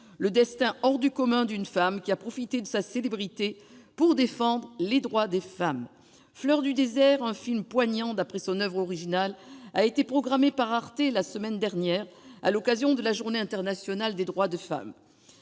le destin hors du commun d'une femme qui a profité de sa célébrité pour défendre les droits des femmes., un film poignant réalisé d'après son oeuvre originale, a été programmé par Arte la semaine dernière à l'occasion de la Journée internationale des droits des femmes.